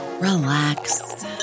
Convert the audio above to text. relax